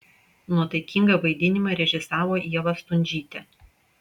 nuotaikingą vaidinimą režisavo ieva stundžytė